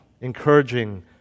encouraging